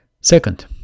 second